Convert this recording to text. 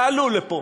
תעלו לפה,